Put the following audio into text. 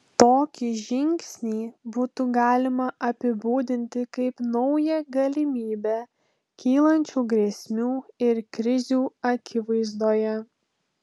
tokį žingsnį būtų galima apibūdinti kaip naują galimybę kylančių grėsmių ir krizių akivaizdoje